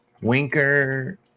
Winker